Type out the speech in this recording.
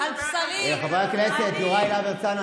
חבר הכנסת יוראי להב הרצנו,